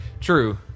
True